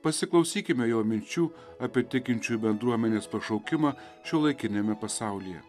pasiklausykime jo minčių apie tikinčiųjų bendruomenės pašaukimą šiuolaikiniame pasaulyje